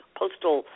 postal